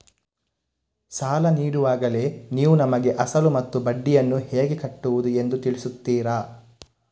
ಸಾಲ ನೀಡುವಾಗಲೇ ನೀವು ನಮಗೆ ಅಸಲು ಮತ್ತು ಬಡ್ಡಿಯನ್ನು ಹೇಗೆ ಕಟ್ಟುವುದು ಎಂದು ತಿಳಿಸುತ್ತೀರಾ?